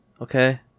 Okay